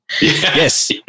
Yes